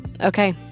Okay